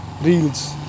reels